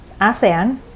ASEAN